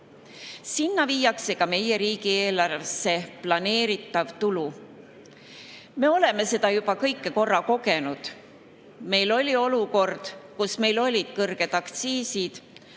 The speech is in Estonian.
Sinna viiakse ka meie riigieelarvesse planeeritav tulu. Me oleme seda kõike juba korra kogenud. Meil oli olukord, kus meil olid kõrged aktsiisid,